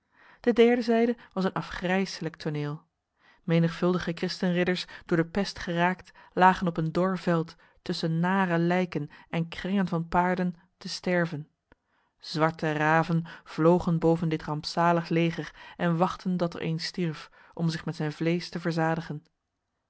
de derde zijde was een afgrijselijk toneel menigvuldige christenridders door de pest geraakt lagen op een dor veld tussen nare lijken en krengen van paarden te sterven zwarte raven vlogen boven dit rampzalig leger en wachtten dat er een stierf om zich met zijn vlees te verzadigen